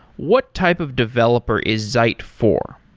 what type of developer is zeit for?